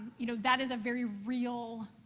you know, that is a very real